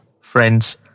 friends